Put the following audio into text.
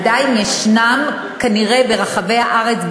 יש כנראה ברחבי הארץ,